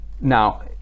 Now